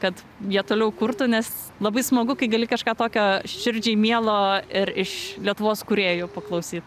kad jie toliau kurtų nes labai smagu kai gali kažką tokio širdžiai mielo ir iš lietuvos kūrėjų paklausyt